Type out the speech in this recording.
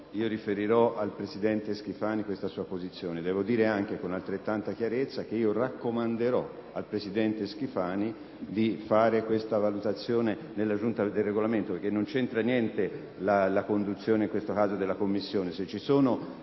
riferirò al presidente Schifani questa sua posizione. Devo dire anche, con altrettanta chiarezza, che raccomanderò al presidente Schifani di fare questa valutazione nella Giunta del Regolamento, perché non c'entra niente in questo caso la conduzione